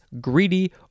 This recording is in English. greedy